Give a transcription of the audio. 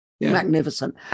Magnificent